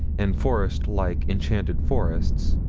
and forest like enchanted forests,